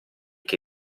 che